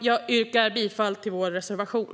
Jag yrkar bifall till vår reservation.